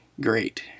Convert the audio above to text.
great